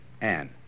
Anne